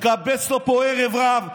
התקבץ לו פה ערב רב.